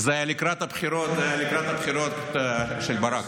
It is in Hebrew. זה לקראת הבחירות של ברק.